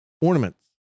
ornaments